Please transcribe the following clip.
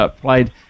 played